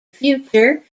future